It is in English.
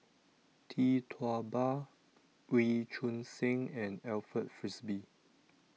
Tee Tua Ba Wee Choon Seng and Alfred Frisby